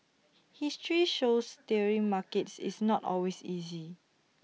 history shows steering markets is not always easy